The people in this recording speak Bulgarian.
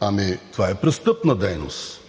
Ами, това е престъпна дейност.